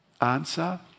Answer